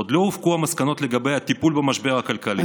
עוד לא הופקו המסקנות לגבי הטיפול במשבר הכלכלי,